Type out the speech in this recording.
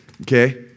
okay